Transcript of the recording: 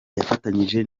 yafatanyije